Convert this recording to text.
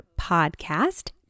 PODCAST